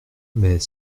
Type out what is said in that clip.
mais